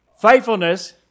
faithfulness